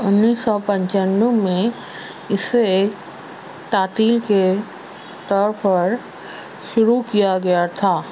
انیس سو پچانوے میں اسے ایک تعطیل کے طورپر شروع کیا گیا تھا